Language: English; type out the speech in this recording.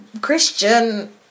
Christian